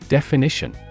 Definition